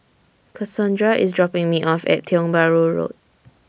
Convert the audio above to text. Cassondra IS dropping Me off At Tiong Bahru Road